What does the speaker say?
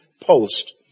post